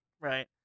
Right